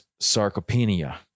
sarcopenia